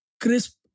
crisp